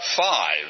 five